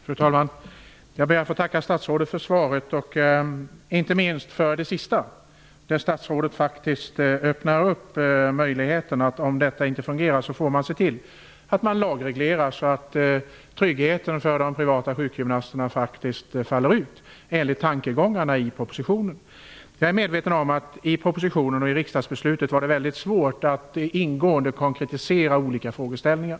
Fru talman! Jag ber att få tacka statsrådet för svaret, inte minst för de sista orden i detta, där statsrådet faktiskt öppnar möjligheten att, om det inte fungerar, lagreglera så att tryggheten för de privata sjukgymnasterna kommer att bli i enlighet med tankegångerna i propositionen. Jag är medveten om att det i propositionen och i riksdagsbeslutet var mycket svårt att ingående konkretisera olika frågeställningar.